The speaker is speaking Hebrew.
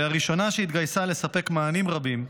והייתה הראשונה שהתגייסה לספק מענים רבים,